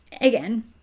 again